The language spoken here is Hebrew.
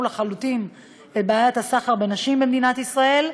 לחלוטין את בעיית הסחר בנשים במדינת ישראל.